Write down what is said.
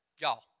y'all